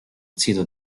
sito